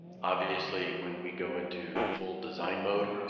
obviously when we go into full design mode,